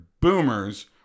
boomers